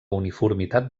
uniformitat